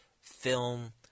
film